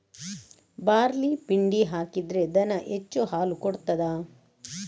Barley ಪಿಂಡಿ ಹಾಕಿದ್ರೆ ದನ ಹೆಚ್ಚು ಹಾಲು ಕೊಡ್ತಾದ?